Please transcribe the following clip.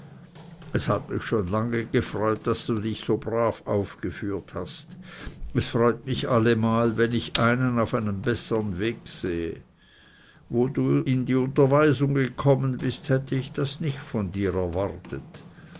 es hat mich schon lange gefreut daß du dich so brav aufgeführt hast es freut mich allemal wenn ich einen auf einem bessern weg sehe wo du in die unterweisung gekommen bist hätte ich das nicht von dir erwartet